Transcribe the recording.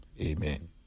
amen